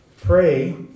pray